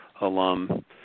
alum